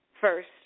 first